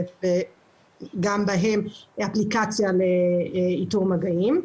וגם בהן אפליקציה לאיתור מגעים.